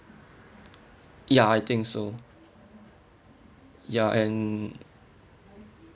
ya I think so ya and